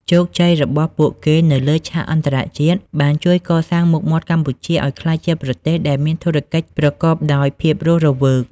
ជោគជ័យរបស់ពួកគេនៅលើឆាកអន្តរជាតិ បានជួយកសាងមុខមាត់កម្ពុជាឱ្យក្លាយជាប្រទេសដែលមានធុរកិច្ចប្រកបដោយភាពរស់រវើក។